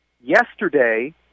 yesterday